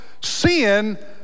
sin